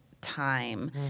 time